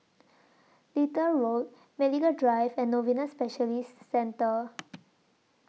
Little Road Medical Drive and Novena Specialists Centre